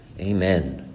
Amen